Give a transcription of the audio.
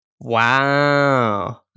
Wow